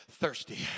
Thirsty